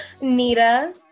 Nita